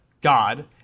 God